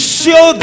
show